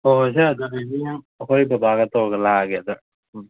ꯍꯣꯏ ꯍꯣꯏꯁꯦ ꯑꯗꯨꯗꯤ ꯍꯌꯦꯡ ꯑꯩꯈꯣꯏ ꯕꯕꯥꯒ ꯇꯧꯔꯒ ꯂꯥꯛꯑꯒꯦ ꯑꯗ ꯎꯝ